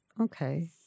okay